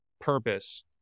purpose